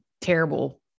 terrible